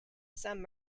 some